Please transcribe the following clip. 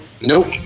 Nope